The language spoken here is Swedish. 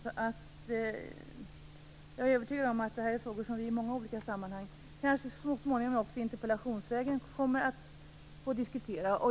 Jag är därför övertygad om att detta är frågor som vi i många olika sammanhang, så småningom kanske även interpellationsvägen, kommer att få diskutera.